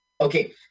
Okay